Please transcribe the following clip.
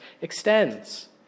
extends